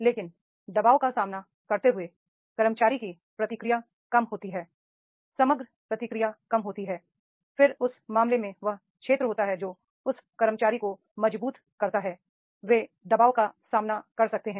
लेकिन दबाव का सामना करते हुए कर्मचारी की प्रतिक्रिया कम होती है समग्र प्रतिक्रिया कम होती है फिर उस मामले में वह क्षेत्र होता है जो उस कर्मचारी को मजबूत करता है वे दबाव का सामना कर सकते हैं